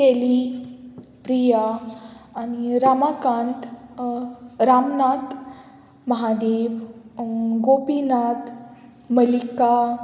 केली प्रिया आनी रामाकांत रामनाथ महादेव गोपीनाथ मलिका